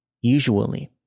Usually